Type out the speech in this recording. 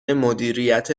مدیریت